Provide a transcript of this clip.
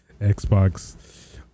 Xbox